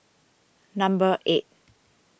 number eight